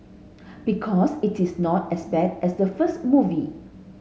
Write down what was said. because it is not as bad as the first movie